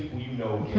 you know